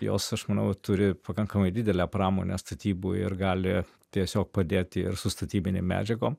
jos aš manau turi pakankamai didelę pramonę statybų ir gali tiesiog padėti ir su statybinėm medžiagom